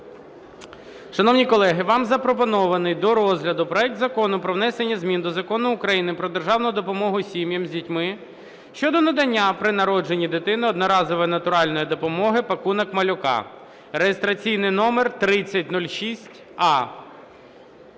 Шановні колеги, вам запропонований до розгляду проект Закону про внесення змін до Закону України "Про державну допомогу сім'ям з дітьми" щодо надання при народженні дитини одноразової натуральної допомоги "пакунок малюка" (реєстраційний номер 3006а).